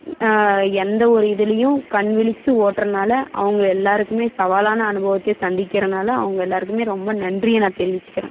எந்த ஒரு இதிலியும் கண் விழிச்சு ஓட்டுறனால அவங்கள எல்லாேருக்குமே சவாலான அனுபவத்தை சந்திக்கிறனால் அவங்க எல்லாேருக்குமே ரொம்ப நன்றியை நான் தெரிவிச்சுக்கிறேன்